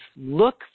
look